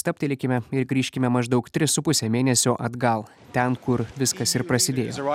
stabtelėkime ir grįžkime maždaug tris su puse mėnesio atgal ten kur viskas ir prasidėjo